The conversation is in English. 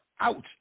out